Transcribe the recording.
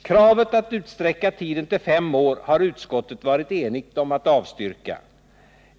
Kravet att utsträcka tiden till fem år har utskottet varit enigt om att avstyrka.